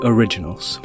Originals